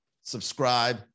Subscribe